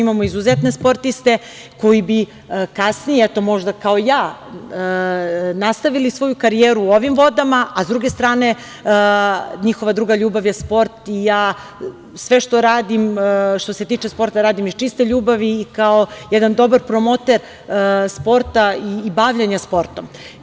Imamo izuzetne sportiste koji bi kasnije, eto, možda kao ja, nastavili svoju karijeru u ovim vodama, a s druge strane, njihova druga ljubav je sport, i ja sve što radim što se tiče sporta radim iz čiste ljubavi, i kao jedan dobar promoter sporta i bavljenja sportom.